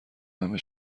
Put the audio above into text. همه